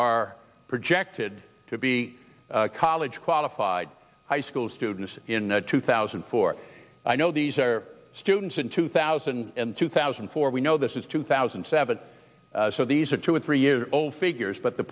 are projected to be college qualified high school students in two thousand and four i know these are students in two thousand and two thousand and four we know this is two thousand and seven so these are two or three year old figures but the